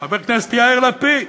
חבר הכנסת יאיר לפיד,